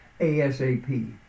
ASAP